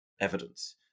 evidence